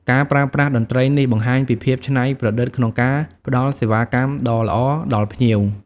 ការប្រើប្រាស់តន្ត្រីនេះបង្ហាញពីភាពច្នៃប្រឌិតក្នុងការផ្តល់សេវាកម្មដ៏ល្អដល់ភ្ញៀវ។